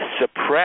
suppress